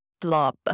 blob